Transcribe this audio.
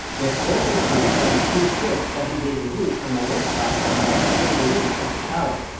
with bolting crews running two shifts seven days a week from a work platform that was slowly winched up the tower.